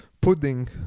Pudding